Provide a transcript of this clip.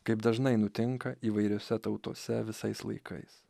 kaip dažnai nutinka įvairiose tautose visais laikais